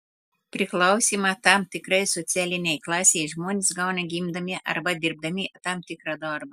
priklausymą tam tikrai socialinei klasei žmonės gauna gimdami arba dirbdami tam tikrą darbą